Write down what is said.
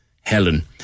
Helen